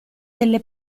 delle